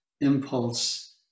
impulse